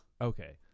Okay